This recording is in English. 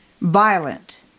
violent